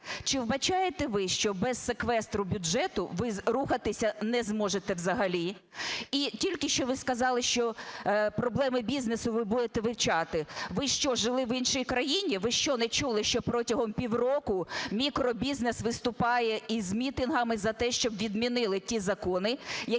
Чи вбачаєте ви, що без секвестру бюджету ви рухатися не зможете взагалі? І тільки що ви сказали, що проблеми бізнесу ви будете вивчати. Ви що, жили в іншій країні? Ви що, не чули, що протягом півроку мікробізнес виступає із мітингами за те, щоб відмінили той закон, який